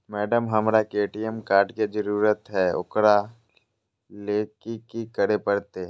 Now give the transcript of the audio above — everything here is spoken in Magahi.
मैडम, हमरा के ए.टी.एम कार्ड के जरूरत है ऊकरा ले की की करे परते?